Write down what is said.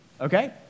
okay